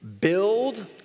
Build